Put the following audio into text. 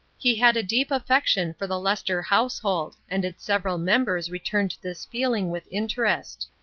he had a deep affection for the lester household and its several members returned this feeling with interest.